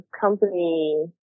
company